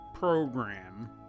program